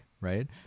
right